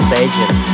Beijing